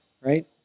Right